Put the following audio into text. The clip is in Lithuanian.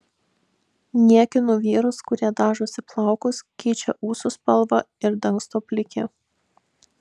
niekinu vyrus kurie dažosi plaukus keičia ūsų spalvą ir dangsto plikę